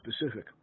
specific